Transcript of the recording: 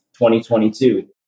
2022